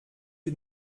für